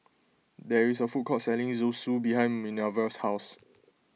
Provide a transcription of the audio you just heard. there is a food court selling Zosui behind Minervia's house